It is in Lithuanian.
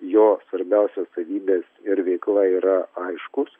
jo svarbiausios savybės ir veikla yra aiškūs